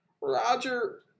Roger